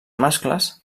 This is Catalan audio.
mascles